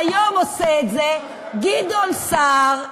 והיום עושה את זה גדעון סער,